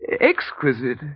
Exquisite